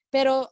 Pero